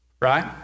right